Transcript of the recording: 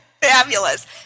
Fabulous